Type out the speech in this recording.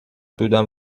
بودم